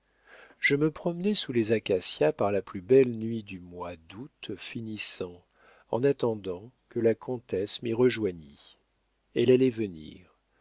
je me promenais sous les acacias par la plus belle nuit du mois d'août finissant en attendant que la comtesse m'y rejoignît elle allait venir